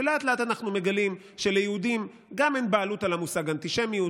ולאט-לאט אנחנו מגלים שליהודים גם אין בעלות על המושג אנטישמיות,